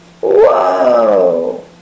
Whoa